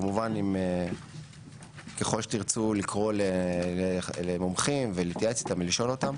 כמובן ככל שתרצו לקרוא למומחים ולהתייעץ איתם ולשאול אותם,